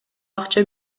акча